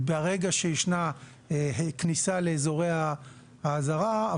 ברגע שיש כניסה לאזורי האזהרה.